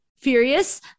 furious